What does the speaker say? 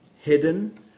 hidden